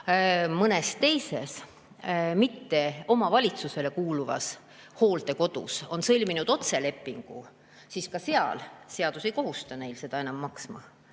mõnes teises, mitte omavalitsusele kuuluvas hooldekodus sõlminud otselepingu, see õigus, et seadus ei kohusta neid enam maksma.